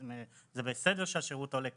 זה בסדר שהשירות עולה כסף,